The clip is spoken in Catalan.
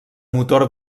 motor